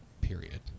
period